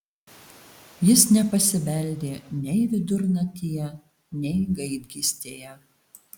jis nepasibeldė nei vidurnaktyje nei gaidgystėje